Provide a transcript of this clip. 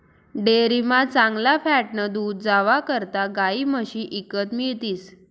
डेअरीमा चांगला फॅटनं दूध जावा करता गायी म्हशी ईकत मिळतीस